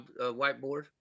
whiteboard